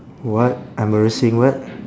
what embarrassing what